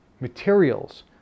materials